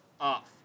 off